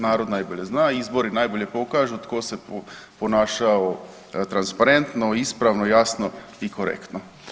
Narod najbolje zna i izbori najbolje pokažu tko se ponašao transparentno, ispravno, jasno i korektno.